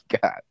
God